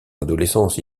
adolescence